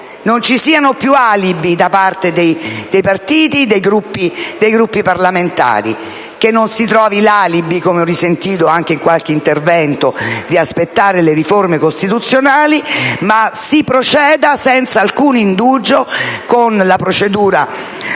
non ci siano più alibi da parte dei partiti e dei Gruppi parlamentari, che non si trovi l'alibi, come ho ascoltato in qualche intervento, di aspettare le riforme costituzionali, ma si proceda senza alcun indugio con la procedura